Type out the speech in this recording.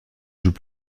joue